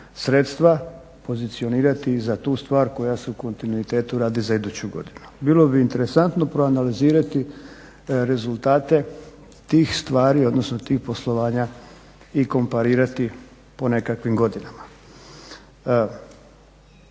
sredstva, pozicionirati za tu stvar koja se u kontinuitetu radi za iduću godinu. Bilo bi interesantno proanalizirati rezultate tih stvari odnosno tih poslovanja i komparirati po nekakvim godinama.